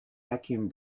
vacuum